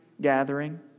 gathering